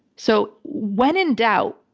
so when in doubt,